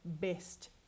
best